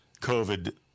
COVID